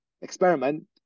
experiment